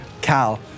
Cal